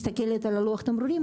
שמסתכלת על לוח התמרורים,